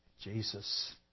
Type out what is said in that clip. Jesus